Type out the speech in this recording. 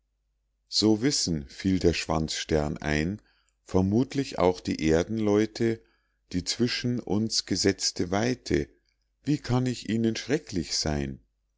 so wissen fiel der schwanzstern ein vermuthlich auch die erdenleute die zwischen uns gesetzte weite wie kann ich ihnen schrecklich seyn